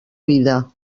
vida